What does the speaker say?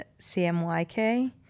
CMYK